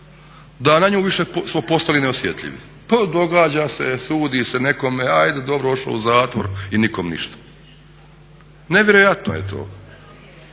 smo na nju više postali neosjetljivi. Pa događa se, sudi se nekome, ajde dobro ošo u zatvor i nikom ništa, nevjerojatno je to.